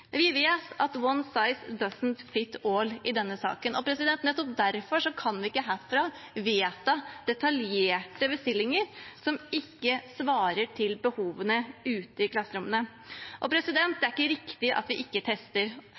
Vi vet at «one size doesn't fit all» i denne saken, og nettopp derfor kan vi ikke herfra vedta detaljerte bestillinger som ikke svarer til behovene ute i klasserommene. Det er ikke riktig at vi ikke tester.